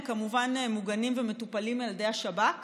הם כמובן מגונים ומטופלים על ידי השב"כ